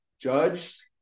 judged